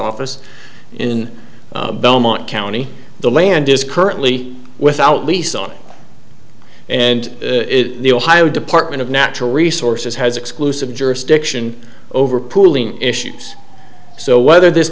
office in belmont county the land is currently without lease on it and the ohio department of natural resources has exclusive jurisdiction over pooling issues so whether this